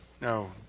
no